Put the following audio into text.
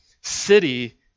city